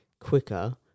Quicker